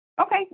Okay